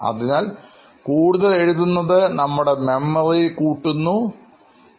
അതിനാൽ കൂടുതൽ എഴുതുന്നത് നമ്മുടെ മെമ്മറി വർധിപ്പിക്കുന്നു എന്നത്